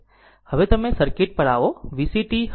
હવે જો તમે સર્કિટ પર આવો કે VCt હવે VCt જાણીતું છે